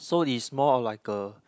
so it's more like a